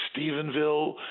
Stephenville